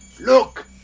Look